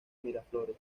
miraflores